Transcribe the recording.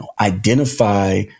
identify